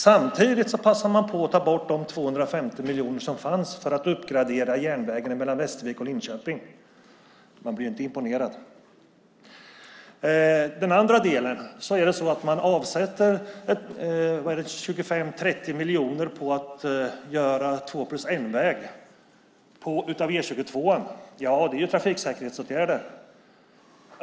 Samtidigt passar man på att ta bort de 250 miljoner som fanns för att uppgradera järnvägen Västervik-Linköping. Jag blir inte imponerad. När det gäller den andra delen avsätter man 25-30 miljoner för att göra E 22:an till två-plus-ett-väg. Ja, det är ju en trafiksäkerhetsåtgärd.